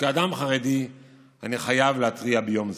וכאדם חרדי אני חייב להתריע ביום זה.